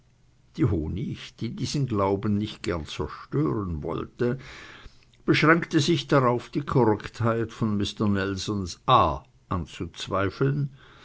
die honig die diesen glauben nicht gern zerstören wollte beschränkte sich darauf die korrektheit von mister nelsons a anzuzweifeln